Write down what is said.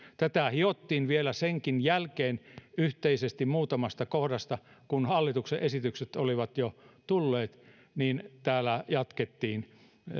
tätä hiottiin vielä senkin jälkeen yhteisesti muutamasta kohdasta kun hallituksen esitykset olivat jo tulleet täällä jatkettiin